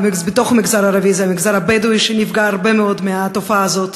בתוך המגזר הערבי המגזר הבדואי הוא שנפגע הרבה מאוד מהתופעה הזאת,